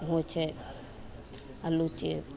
होइ छै आलू चिप्स